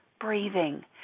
breathing